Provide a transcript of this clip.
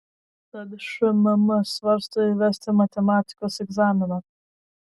tad šmm svarsto įvesti matematikos egzaminą